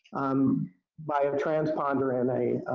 um by a transponder in a